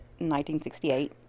1968